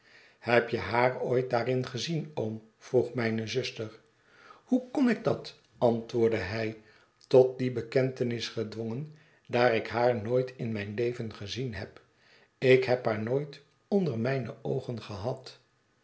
heb je haar ooit daarin gezien oom vroeg mijne zuster hoe kon ik dat antwoordde hij tot die bekentenis gedwongen daar ik haar nooit in mijn leven gezien heb ik heb haar nooit onder mijne oogen gehad